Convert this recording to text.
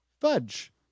fudge